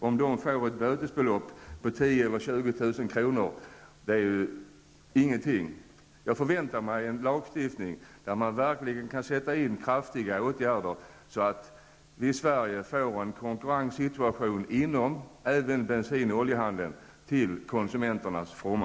Om det här företaget tilldöms böter om 10 000 eller 20 000 kr. är det inget speciellt för företaget. Jag förväntar mig därför en lagstiftning som innebär att man verkligen kan vidta kraftiga åtgärder, så att vi i Sverige får en konkurrenssituation även inom bensin och oljehandeln, till konsumenternas fromma.